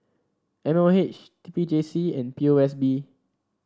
M O H T P J C and P O S B